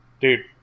dude